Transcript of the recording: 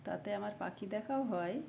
তাতে আমার পাখি দেখাও হয়